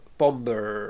bomber